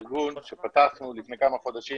אני מדבר בשם הארגון שפתחנו לפני כמה חודשים